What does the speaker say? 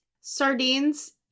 Sardines